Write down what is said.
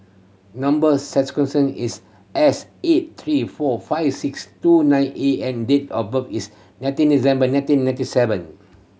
number is S eight three four five six two nine A and date of birth is nineteen December nineteen ninety seven